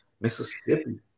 Mississippi